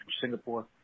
Singapore